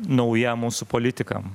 nauja mūsų politikam